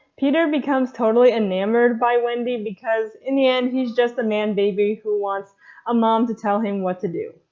peter becomes totally enamored by wendy because in the end he's just a man baby who wants a mom to tell him what to do.